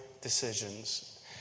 decisions